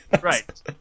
Right